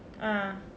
ah